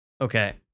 Okay